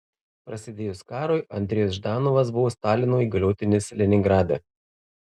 prasidėjus karui andrejus ždanovas buvo stalino įgaliotinis leningrade